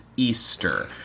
Easter